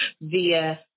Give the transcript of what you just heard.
via